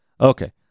Okay